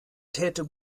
täte